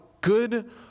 good